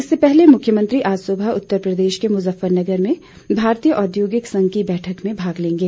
इससे पहले मुख्यमंत्री आज सुबह उत्तर प्रदेश के मुजफर नगर में भारतीय औद्योगिक संघ की बैठक में भाग लेंगे